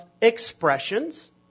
expressions